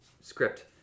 script